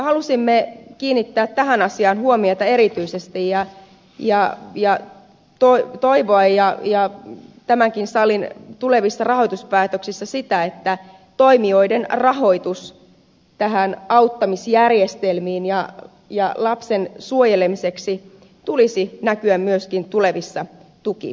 halusimme kiinnittää tähän asiaan huomiota erityisesti iä ja jari toi toivoa ja toivomme tämänkin salin tulevissa rahoituspäätöksissä sitä että toimijoiden rahoituksen näihin auttamisjärjestelmiin ja lapsen suojelemiseksi tulisi näkyä myöskin tulevissa tuki